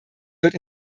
wird